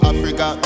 Africa